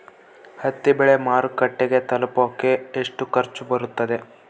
ಹತ್ತಿ ಬೆಳೆ ಮಾರುಕಟ್ಟೆಗೆ ತಲುಪಕೆ ಎಷ್ಟು ಖರ್ಚು ಬರುತ್ತೆ?